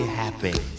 happy